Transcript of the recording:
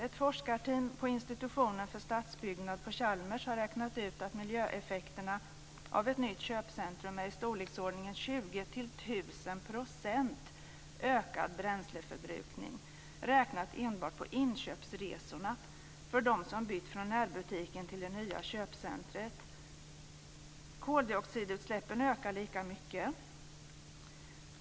Ett forskarteam på Institutionen för stadsbyggnad på Chalmers har räknat ut att miljöeffekterna av ett nytt köpcentrum är en ökad bränsleförbrukning på i storleksordningen 20 1 000 % räknat enbart på inköpsresorna för dem som bytt från närbutiken till det nya köpcentrumet. Koldioxidutsläppen ökar lika mycket.